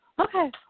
Okay